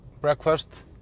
breakfast